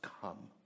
come